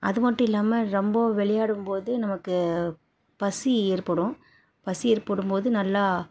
அது மட்டும் இல்லாமல் ரொம்ப விளையாடும் போது நமக்கு பசி ஏற்படும் பசி ஏற்படும் போது நல்லா